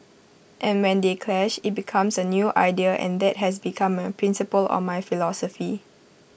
and when they clash IT becomes A new idea and that has become my principle or my philosophy